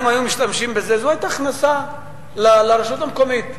היו משתמשים בזה, זאת היתה הכנסה לרשות המקומית,